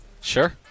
Sure